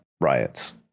riots